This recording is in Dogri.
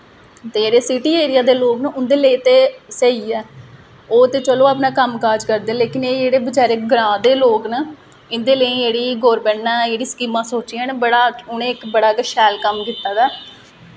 ते जेह्ड़े सिटी एरिया दे लोग न उं'दे लेई ते स्हेई ऐ ओह् ते चलो अपना कम्म काज़ करदे लेकिन एह् जेह्ड़े बचैरे ग्रांऽ दे लोग न इं'दे लेई जेह्ड़ियां गौरमेंट ने जेह्ड़ियां स्कीमां सोची दियां उ'नें बड़ा गै इक शैल कम्म कीते दा